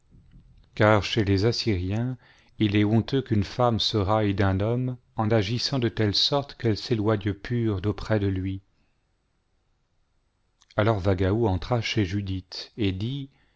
car chez les assyriens il est honteux qu'une femme se raille d'un homme en agissant de telle sorte qu'elle s'éloigne pure d'auprès de lui alors vagao entra chez judith et dit